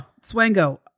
swango